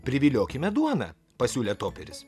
priviliokime duona pasiūlė toperis